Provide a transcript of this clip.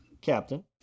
captain